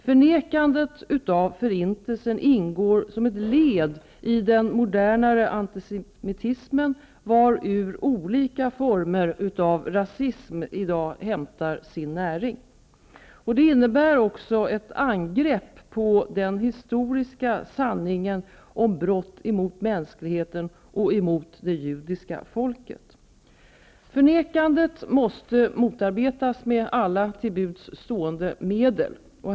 Förnekandet av förintelsen ingår som ett led i den moderna antisemitismen, varur olika former av rasism i dag hämtar sin näring. Det innebär också ett angrepp på den historiska san ningen om brott mot mänskligheten och mot det judiska folket. Förnekandet måste motarbetas med alla till buds stående medel.